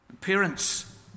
Parents